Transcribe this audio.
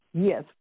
Yes